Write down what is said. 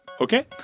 Okay